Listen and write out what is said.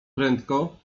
prędko